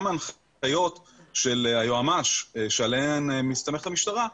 גם ההנחיות של היועץ המשפטי לממשלה עליהן מסתמכת המשטרה,